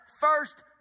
first